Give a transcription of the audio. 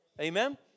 Amen